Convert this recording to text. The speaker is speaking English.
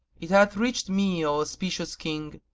it hath reached me, o auspicious king,